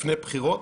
לפני בחירות.